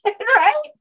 right